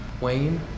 Wayne